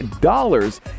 dollars